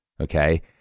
Okay